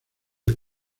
del